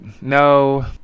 no